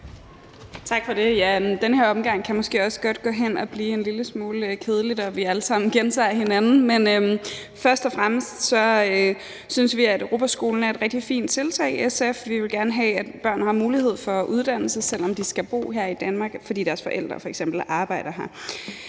Tak for det. Den her omgang kan måske også godt gå hen og blive en lille smule kedelig, når vi alle sammen gentager hinanden. Men først og fremmest synes vi i SF, at Europaskolen er et rigtig fint tiltag. Vi vil gerne have, at børn har mulighed for at uddanne sig, selv om de skal bo her i Danmark, fordi deres forældre f.eks. arbejder her.